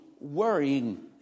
worrying